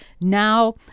now